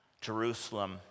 Jerusalem